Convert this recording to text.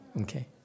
okay